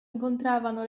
incontravano